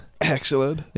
excellent